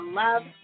love